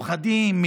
מקרים מיוחדים,